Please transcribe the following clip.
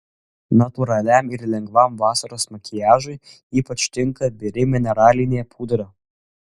natūraliam ir lengvam vasaros makiažui ypač tinka biri mineralinė pudra